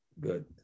good